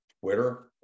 Twitter